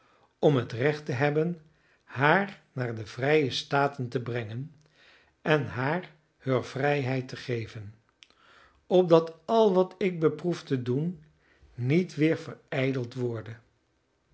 om het recht te hebben haar naar de vrije staten te brengen en haar heur vrijheid te geven opdat al wat ik beproef te doen niet weer verijdeld worde